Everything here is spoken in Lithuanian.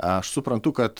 aš suprantu kad